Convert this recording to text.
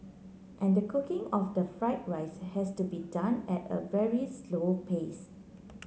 and the cooking of the fried rice has to be done at a very slow pace